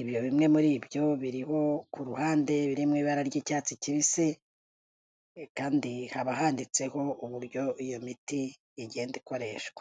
ibyo bimwe muri byo biriho ku ruhande, biri mu ibara ry'icyatsi kibisi kandi haba handitseho uburyo iyo miti igenda ikoreshwa.